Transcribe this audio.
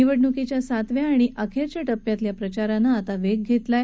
निवडणुकीच्या सातव्या आणि अखेरच्या टप्प्यातल्या प्रचारानं वेग घेतला आहे